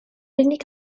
unig